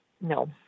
no